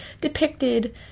depicted